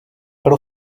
pro